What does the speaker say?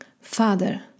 Father